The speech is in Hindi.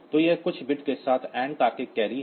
तो यह कुछ बिट के साथ AND तार्किक कैरी है